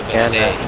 and